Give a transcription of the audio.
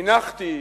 הנחתי,